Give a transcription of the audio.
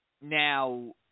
Now